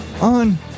on